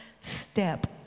step